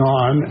on